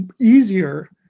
easier